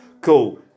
Cool